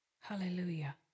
Hallelujah